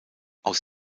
aus